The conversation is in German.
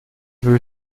will